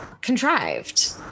contrived